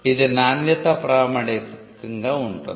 ఇది నాణ్యత ప్రామాణికంగా ఉంటుంది